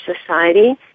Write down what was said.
society